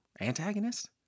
antagonist